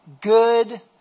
good